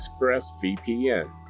ExpressVPN